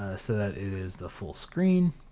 ah so that it is the full screen.